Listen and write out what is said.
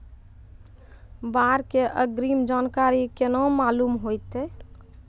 बाढ़ के अग्रिम जानकारी केना मालूम होइतै?